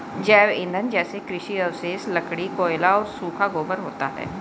जैव ईंधन जैसे कृषि अवशेष, लकड़ी, कोयला और सूखा गोबर होता है